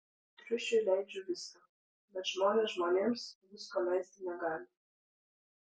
triušiui leidžiu viską bet žmonės žmonėms visko leisti negali